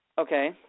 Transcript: Okay